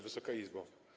Wysoka Izbo!